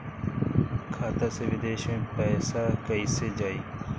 खाता से विदेश मे पैसा कईसे जाई?